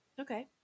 Okay